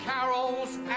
carols